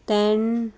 ਤਿੰਨ